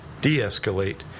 de-escalate